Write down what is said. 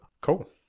Cool